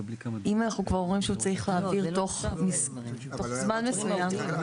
אם אנחנו כבר אומרים שצריך להעביר תוך זמן מסוים.